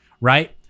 right